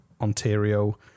Ontario